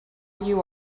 you